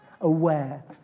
Aware